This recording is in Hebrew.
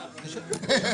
אף אחד לא מתלונן, אני חבר